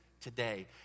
today